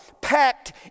packed